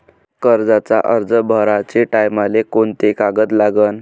कर्जाचा अर्ज भराचे टायमाले कोंते कागद लागन?